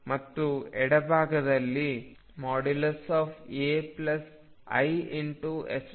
ಮತ್ತು ಎಡಭಾಗದಲ್ಲಿ ai2 ಇದೆ